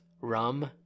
rum